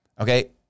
Okay